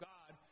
God